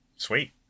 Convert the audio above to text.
Sweet